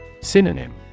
Synonym